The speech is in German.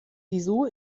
wieso